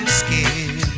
skin